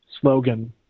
slogan